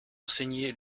enseigné